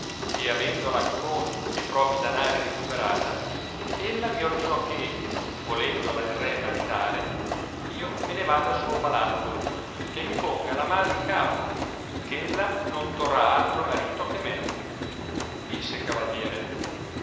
e avendola con e propri danari ricuperata ella mi ordinò che volendola il re maritare io me ne vada al suo palazzo e mi ponga la mano in capo che ella non torrà altro marito che me disse il cavalliere